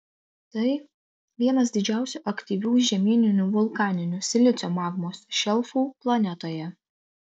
tai vienas didžiausių aktyvių žemyninių vulkaninių silicio magmos šelfų planetoje